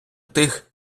тих